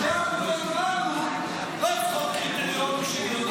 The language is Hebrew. שתי העמותות שלנו לא צריכות קריטריונים שוויוניים.